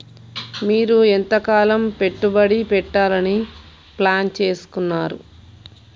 మీరు ఎంతకాలం పెట్టుబడి పెట్టాలని ప్లాన్ చేస్తున్నారు?